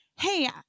Hey